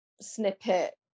snippet